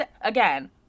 Again